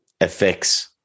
affects